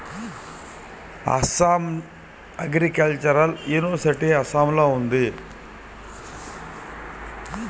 Assam agricultural university అస్సాంలో ఉంది